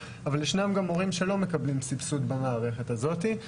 אבל ישנם גם הורים שלא מקבלים סבסוד במערכת הזאת.